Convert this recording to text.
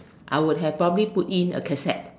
I would have properly put in a casette